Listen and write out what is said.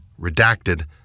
redacted